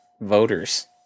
Voters